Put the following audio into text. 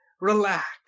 relax